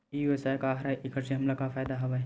ई व्यवसाय का हरय एखर से हमला का फ़ायदा हवय?